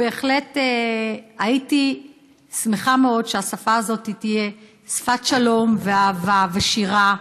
בהחלט הייתי שמחה מאוד שהשפה הזאת תהיה שפת שלום ואהבה ושירה,